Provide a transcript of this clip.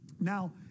Now